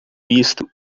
visto